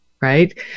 right